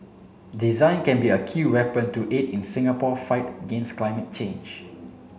design can be a key weapon to aid in Singapore fight against climate change